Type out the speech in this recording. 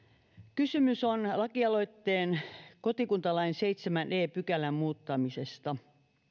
kysymys on lakialoitteen kotikuntalain seitsemännen e pykälän muuttamisesta